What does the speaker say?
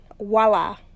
voila